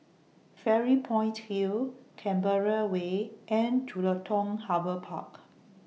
Fairy Point Hill Canberra Way and Jelutung Harbour Park